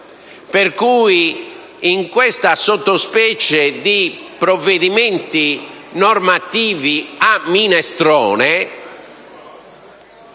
per cui in questa sottospecie di provvedimenti normativi «a minestrone»